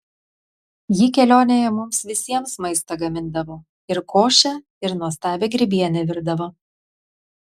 ji kelionėje mums visiems maistą gamindavo ir košę ir nuostabią grybienę virdavo